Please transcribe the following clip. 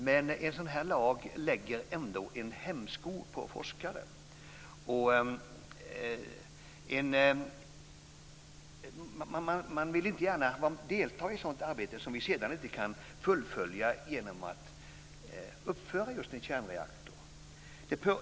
Men en sådan lag lägger ändå en hämsko på forskare. Man vill inte gärna delta i ett sådant arbete som man sedan inte kan fullfölja genom att uppföra just en kärnreaktor.